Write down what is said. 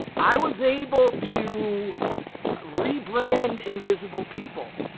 i was able to rebrand invisible people.